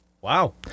Wow